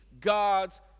God's